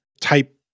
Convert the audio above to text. type